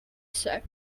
say